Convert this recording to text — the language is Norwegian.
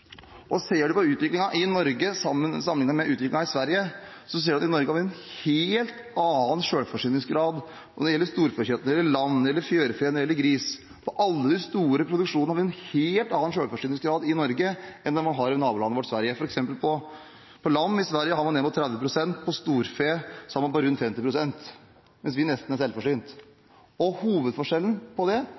Ser man på utviklingen i Norge sammenliknet med utviklingen i Sverige, ser man at vi i Norge har en helt annen selvforsyningsgrad – når det gjelder storfekjøtt, når det gjelder lam, når det gjelder fjærfe, og når det gjelder gris. På alle de store produksjonene har vi en helt annen selvforsyningsgrad i Norge enn det man har i nabolandet vårt Sverige. Eksempelvis har man i Sverige ned mot 30 pst. selvforsyningsgrad på lam, når det gjelder storfe, har man rundt 50 pst., mens vi nesten er selvforsynt. Hovedforskjellen